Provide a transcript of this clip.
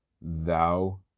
Thou